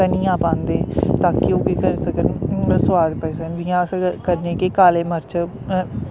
धनियां पांदे तां कि ओह् केह् करी सकन सोआद पाई सकन जि'यां अस केह् करने कि काले मर्च